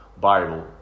Bible